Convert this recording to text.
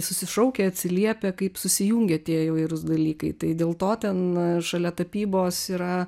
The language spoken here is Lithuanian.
susišaukia atsiliepia kaip susijungia tie įvairūs dalykai tai dėl to ten šalia tapybos yra